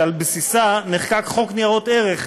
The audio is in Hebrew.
שעל בסיסה נחקק חוק ניירות ערך,